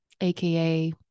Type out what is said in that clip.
aka